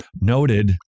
Noted